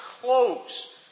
close